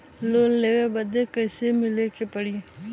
Loan लेवे बदी कैसे मिले के पड़ी?